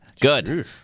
good